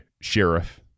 sheriff